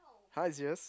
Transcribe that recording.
!huh! you serious